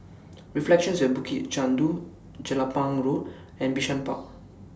Reflections At Bukit Chandu Jelapang Road and Bishan Park